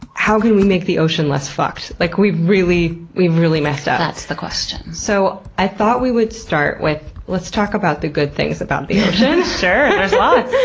how can we make the ocean less fucked? like, we really we really messed up. that's the question. so i thought we would start with, let's talk about the good things about the ocean. sure, there's lots!